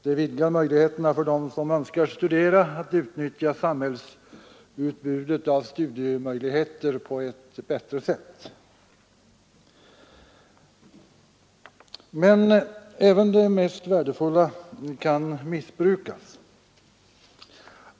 Det gör det lättare för dem som önskar studera att utnyttja samhällets utbud av studiemöjligheter. Men även det mest värdefulla kan missbrukas.